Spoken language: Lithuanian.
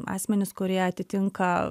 asmenys kurie atitinka